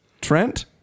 Trent